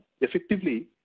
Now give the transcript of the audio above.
effectively